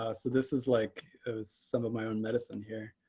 ah so this is like some of my own medicine here.